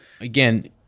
again